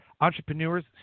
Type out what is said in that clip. entrepreneurs